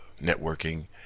networking